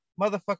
motherfucker